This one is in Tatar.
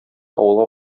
авылга